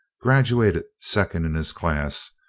graduated second in his class.